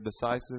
decisive